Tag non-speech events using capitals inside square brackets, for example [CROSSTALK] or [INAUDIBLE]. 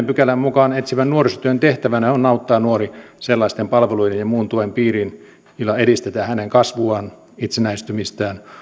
[UNINTELLIGIBLE] pykälän mukaan etsivän nuorisotyön tehtävänä on auttaa nuori sellaisten palveluiden ja muun tuen piiriin joilla edistetään hänen kasvuaan itsenäistymistään